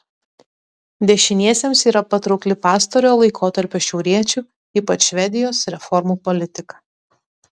dešiniesiems yra patraukli pastarojo laikotarpio šiauriečių ypač švedijos reformų politika